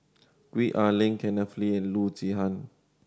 Gwee Ah Leng Kenneth Kee and Loo Zihan